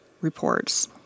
reports